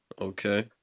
Okay